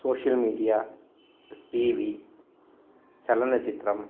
social media TV चलनचित्रम्